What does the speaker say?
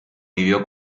vivió